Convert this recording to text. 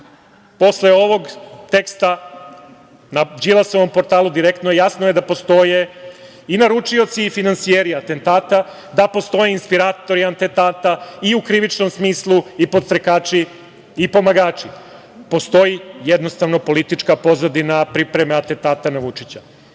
posle ovog teksta na Đilasovom portalu Direktno, jasno je da postoje i naručioci i finansijeri atentata, da postoje inspiratori atentata i u krivičnom smislu i podstrekači i pomagači. Postoji jednostavno politička pozadina pripreme atentata na